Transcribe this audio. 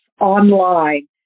online